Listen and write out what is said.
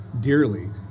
dearly